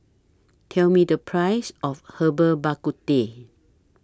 Tell Me The Price of Herbal Bak Ku Teh